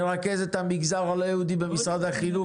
מרכזת המגזר הלא יהודי במשרד החינוך,